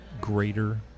greater